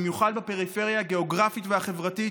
במיוחד בפריפריה הגיאוגרפית והחברתית,